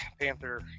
Panther